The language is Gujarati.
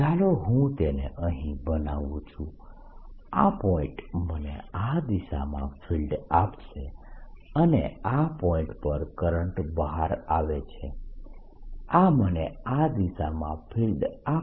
ચાલો હું તેને અહીં બનાવું છું આ પોઇન્ટ મને આ દિશામાં ફિલ્ડ આપશે અને આ પોઇન્ટ પર કરંટ બહાર આવે છે આ મને આ દિશામાં ફિલ્ડ આપશે